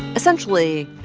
essentially,